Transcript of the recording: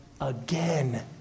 again